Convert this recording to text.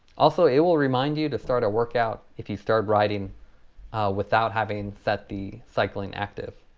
also it will remind you to start a workout if you start riding without having set the cycling active.